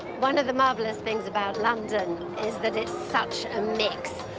one of the marvelous things about london is that it's such a mix.